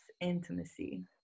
intimacy